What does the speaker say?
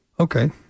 Okay